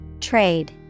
Trade